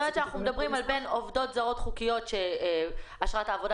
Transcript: אנחנו מדברים על עובדות זרות חוקיות שאשרת העבודה